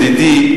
ידידי,